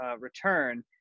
return